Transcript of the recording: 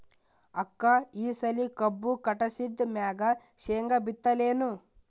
ಅಕ್ಕ ಈ ಸಲಿ ಕಬ್ಬು ಕಟಾಸಿದ್ ಮ್ಯಾಗ, ಶೇಂಗಾ ಬಿತ್ತಲೇನು?